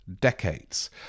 decades